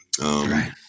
Right